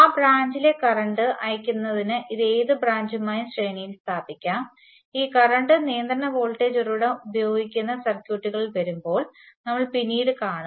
ആ ബ്രാഞ്ചിലെ കറന്റ് അയയ്ക്കുന്നതിന് ഇത് ഏത് ബ്രാഞ്ചുമായും ശ്രേണിയിൽ സ്ഥാപിക്കാം ഈ കറണ്ട് നിയന്ത്രണ വോൾട്ടേജ് ഉറവിടം ഉപയോഗിക്കുന്ന സർക്യൂട്ടുകളിൽ വരുമ്പോൾ നമ്മൾ പിന്നീട് കാണും